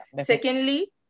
Secondly